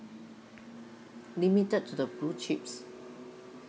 limited to the blue chips